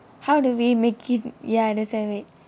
how do we make it ya that's why wait